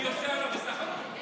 אני עוזר לה בסך הכול.